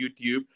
YouTube